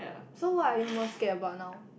so what are you most scared about now